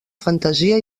fantasia